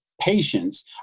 patience